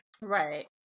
Right